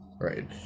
Right